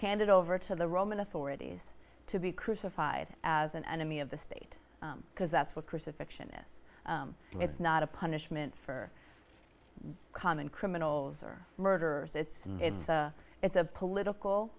handed over to the roman authorities to be crucified as an enemy of the state because that's what chris affection this it's not a punishment for common criminals or murderers it's and it's it's a political